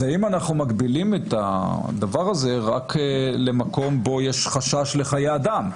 האם אנחנו מגבילים את הדבר הזה רק למקום בו יש חשש לחיי אדם?